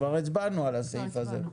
כבר הצבענו על הסעיף הזה,